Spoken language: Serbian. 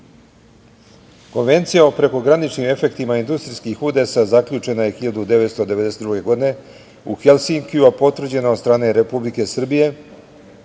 o prekograničnim efektima industrijskih udesa zaključena je 1992. godine u Helsinkiju, a potvrđena od strane Republike Srbije